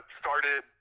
started